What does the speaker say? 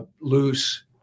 loose